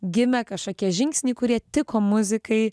gimė kažkokie žingsniai kurie tiko muzikai